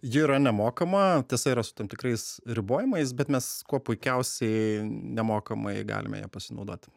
ji yra nemokama tiesa yra su tam tikrais ribojimais bet mes kuo puikiausiai nemokamai galime ja pasinaudoti